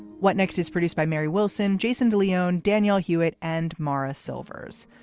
what next is produced by mary wilson. jason de leon. danielle hewitt and maurice silvers.